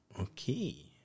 Okay